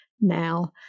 now